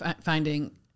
finding